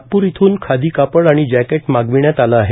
नागपूर येथून खादी कापड आणि जॅकेट मागविण्यात आले आहे